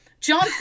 John